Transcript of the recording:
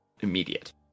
immediate